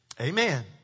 Amen